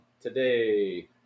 Today